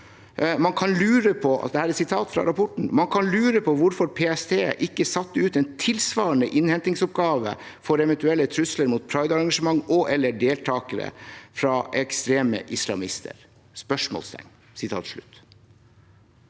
kan man lure på hvorfor PST ikke satte ut en tilsvarende innhentingsoppgave for eventuelle trusler mot pride-arrangementer og/eller deltagere fra ekstreme islamister?» Slik jeg